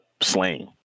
slaying